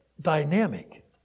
dynamic